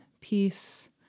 peace